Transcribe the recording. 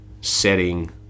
setting